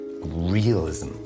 realism